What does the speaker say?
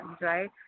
right